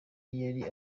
yari